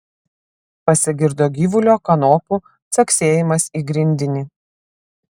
pasigirdo gyvulio kanopų caksėjimas į grindinį